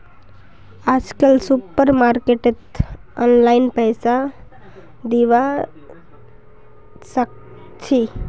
आजकल सुपरमार्केटत ऑनलाइन पैसा दिबा साकाछि